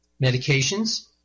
medications